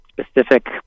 specific